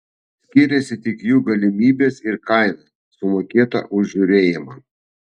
skiriasi tik jų galimybės ir kaina sumokėta už žiūrėjimą